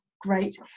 Great